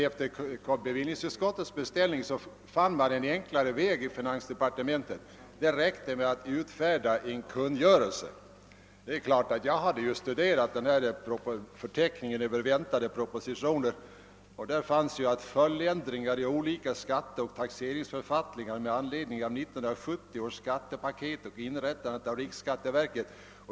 Efter bevillningsutskottets be ställning fann finansdepartementet en enklare väg; det räckte med att utfärda en kungörelse. Jag hade ju studerat förteckningen över väntade propositioner vid höstriksdagen. Av den framgår att det skall komma en proposition angående »följdändringar i olika skatteoch taxeringsförfattningar med anledning av 1970 års skattepaket och inrättande av riksskatteverket».